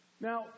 Now